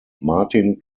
martin